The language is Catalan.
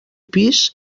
pis